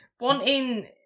wanting